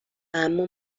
اما